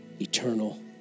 eternal